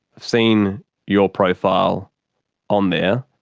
seen your profile on there,